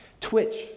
Twitch